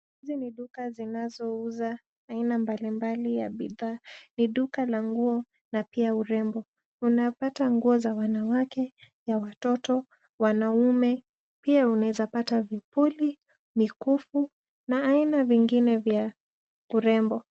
Hizi ni duka zinazo uza aina mbalimbali ya bidhaa. Ni duka la nguo na pia urembo. Unapata nguo za wanawake na watoto, wanaume pia unaweza pata vifuli, mikufu na aina vingine vya urembo.